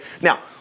now